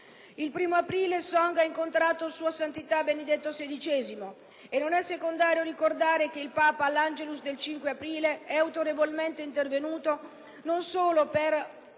Il 1° aprile Song Kosal ha incontrato Sua Santità Benedetto XVI e non è secondario ricordare che il Papa all'*Angelus* del 5 aprile è autorevolmente intervenuto, non solo per